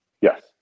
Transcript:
Yes